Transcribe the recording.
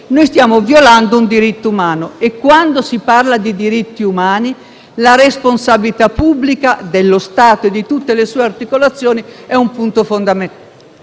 - stiamo violando un diritto umano e, quando si parla di diritti umani, la responsabilità pubblica, dello Stato e di tutte le sue articolazioni è un punto fondamentale.